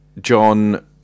John